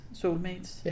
soulmates